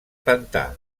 pantà